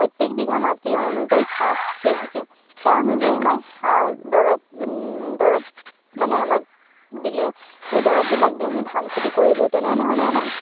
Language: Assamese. প্ৰত্যেক বিঘা মাটিৰ অনুযায়ী পাঁচ কেজিকে তাৰ অনুযায়ী সাৰ দৰৱ যোন দৰৱ মানে আমাক দিলে সেই দৰৱবিলাক দি আমি ধান খেতি কৰিলোঁ তেনেধৰণে আমাক